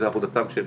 זו עבודתם של